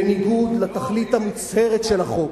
בניגוד לתכלית המוצהרת של החוק,